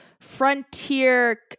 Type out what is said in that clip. Frontier